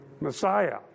Messiah